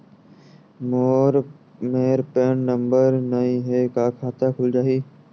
मोर मेर PAN number नई हे का खाता खुल जाही?